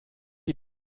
die